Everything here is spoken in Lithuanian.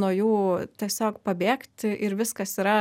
nuo jų tiesiog pabėgti ir viskas yra